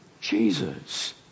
jesus